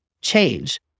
change